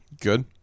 Good